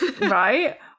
Right